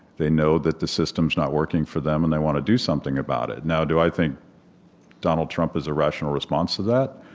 they know that the system's not working for them, and they want to do something about it now, do i think donald trump is a rational response to that?